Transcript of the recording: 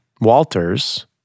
Walters